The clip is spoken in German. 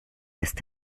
ist